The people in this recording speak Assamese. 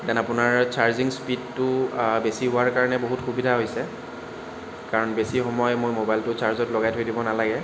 দেন আপোনাৰ চাৰ্জিং স্পিডটো বেছি হোৱাৰ কাৰণে বহুত সুবিধা হৈছে কাৰণ বেছি সময় মোৰ ম'বাইলটো চাৰ্জত লগাই থৈ দিব নালাগে